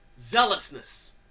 zealousness